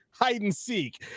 hide-and-seek